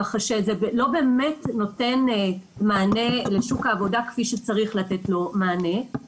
כך שזה לא באמת נותן מענה לשוק העבודה כפי שצריך לתת לו מענה.